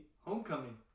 Homecoming